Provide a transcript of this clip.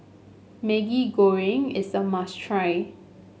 Maggi Goreng is a must try